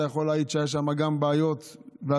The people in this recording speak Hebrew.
אתה יכול להעיד שהיו שם גם בעיות והצפות.